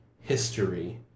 history